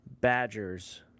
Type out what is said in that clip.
Badgers